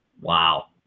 Wow